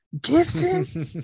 Gibson